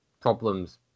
problems